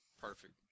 perfect